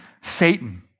Satan